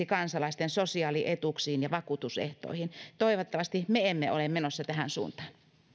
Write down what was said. kansalaisten sosiaalietuuksiin ja vakuutusehtoihin toivottavasti me emme ole menossa tähän suuntaan